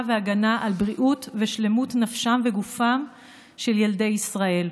והגנה על בריאות ושלמות נפשם וגופם של ילדי ישראל.